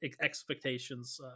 expectations